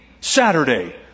saturday